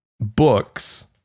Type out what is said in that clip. books